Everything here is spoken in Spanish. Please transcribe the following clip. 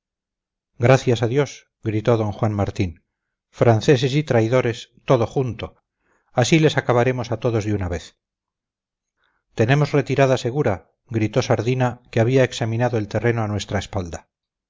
gracias a dios gritó d juan martín franceses y traidores todo junto así les acabaremos a todos de una vez tenemos retirada segura gritó sardina que había examinado el terreno a nuestra espalda